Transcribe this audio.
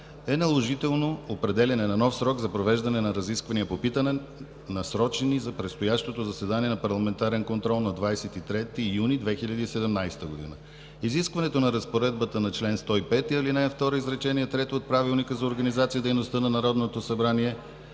е наложително определяне на нов срок за провеждане на разисквания по питане, насрочени за предстоящото заседание за парламентарен контрол на 23 юни 2017 г. Изискването на Разпоредбата на чл. 105, ал. 2, изречение трето от Правилника за организацията и дейността на Народното събрание